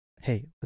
Hey